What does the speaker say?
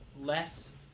less